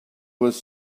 was